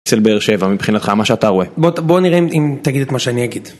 אצל באר שבע מבחינתך מה שאתה רואה, בוא נראה אם תגיד את מה שאני אגיד.